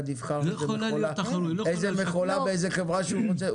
יבחר באיזו מכולה ובאיזו חברה שהוא רוצה?